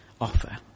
offer